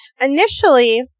initially